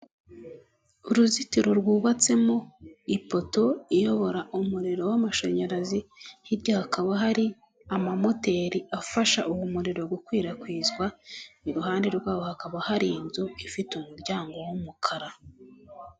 Uruzitiro rwubatsemo ipoto iyobora umuriro w'amashanyarazi. Hirya hakaba hari amamoteri afasha uwo muriro gukwirakwizwa. Iruhande rwabo hakaba hari inzu ifite umuryango w'umukara.